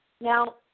Now